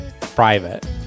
private